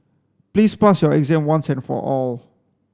please pass your exam once and for all